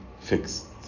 fixed